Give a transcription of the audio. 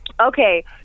Okay